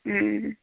ও